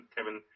Kevin